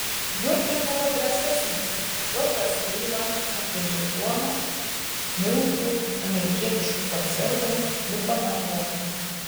juodvi buvo drąsesnės piotras eiva atvežė duonos miltų amerikietiškų konservų liko nakvoti